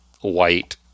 white